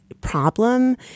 problem